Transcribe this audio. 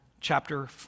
chapter